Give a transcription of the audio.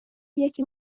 یکی